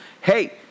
Hey